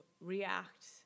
react